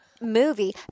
movie